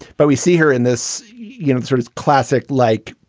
but we see her in this, you know, sort of classic like,